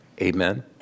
Amen